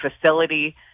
facility